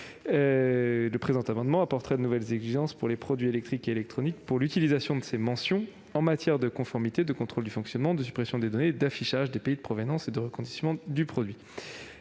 du présent amendement apporterait de nouvelles exigences pour les produits électriques et électroniques, pour l'utilisation de ces mentions en matière de conformité, de contrôle du fonctionnement, de suppression des données, d'affichage des pays de provenance et de reconditionnement du produit.